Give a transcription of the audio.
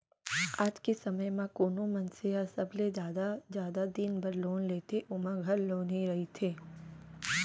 आज के समे म कोनो मनसे ह सबले जादा जादा दिन बर लोन लेथे ओमा घर लोन ही रथे